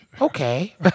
okay